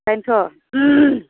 बेनोथ'